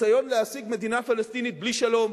ניסיון להשיג מדינה פלסטינית בלי שלום,